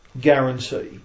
guarantee